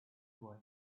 boy